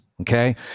okay